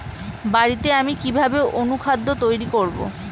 বাড়িতে আমি কিভাবে অনুখাদ্য তৈরি করব?